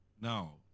no